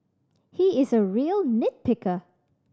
he is a real nit picker